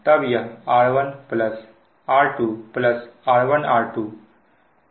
तो यह R1 R2 R1R2R3 हो जाएगा